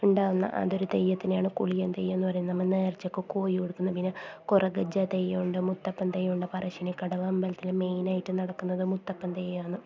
ഉണ്ടാവുന്ന അതൊരു തെയ്യത്തിനെയാണ് ഗുളികൻ തെയ്യമെന്ന് പറയുന്നത് നമ്മള് നേർച്ചക്ക് കോഴി കൊടുക്കുന്നത് പിന്നെ കൊറഗജ്ജ തെയ്യമുണ്ട് മുത്തപ്പൻ തെയ്യമുണ്ട് പറശ്ശിനിക്കടവ് അമ്പലത്തില് മെയ്നായിട്ട് നടക്കുന്നത് മുത്തപ്പൻ തെയ്യമാണ്